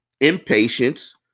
impatience